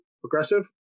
Progressive